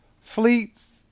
Fleets